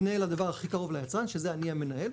פנה אל הדבר הכי קרוב ליצרן שזה אני המנהל,